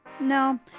No